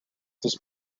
this